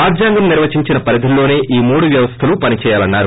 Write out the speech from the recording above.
రాజ్యాంగం నిర్వచించిన పరిథులలోనే ఈ మూడు వ్యవస్థలు పని చేయాలన్నారు